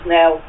now